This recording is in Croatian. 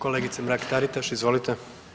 Kolegice Mrak-Taritaš, izvolite.